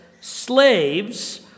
Slaves